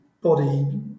body